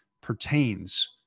pertains